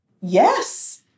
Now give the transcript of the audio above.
yes